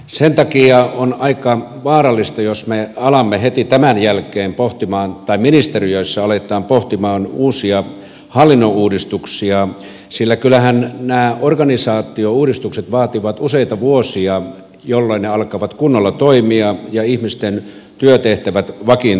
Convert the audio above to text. sen takia on aika vaarallista jos heti tämän jälkeen ministeriöissä aletaan pohtimaan uusia hallinnonuudistuksia sillä kyllähän nämä organisaatiouudistukset vaativat useita vuosia ennen kuin ne alkavat kunnolla toimia ja ihmisten työtehtävät vakiintua